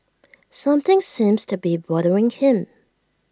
something seems to be bothering him